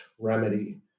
remedy